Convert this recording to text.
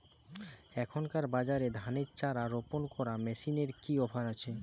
এখনকার বাজারে ধানের চারা রোপন করা মেশিনের কি অফার আছে?